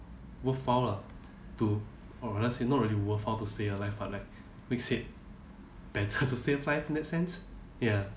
worthwhile ah to or rather say not really worth how to stay alive but like makes it better to stay alive in that sense ya